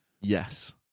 Yes